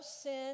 sin